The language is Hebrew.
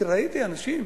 כי ראיתי אנשים.